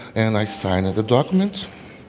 and i signed the document.